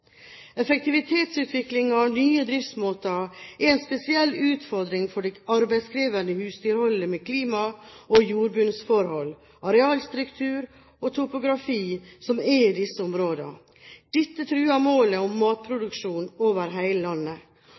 og nye driftsmåter er en spesiell utfordring for det arbeidskrevende husdyrholdet med klima- og jordbunnsforhold, arealstruktur og topografi i disse områdene. Dette truer målet om matproduksjon over hele landet.